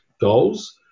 goals